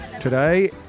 today